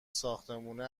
ساختمونه